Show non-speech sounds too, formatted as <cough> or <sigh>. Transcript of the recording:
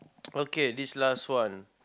<noise> okay this last one